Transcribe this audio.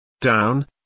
Down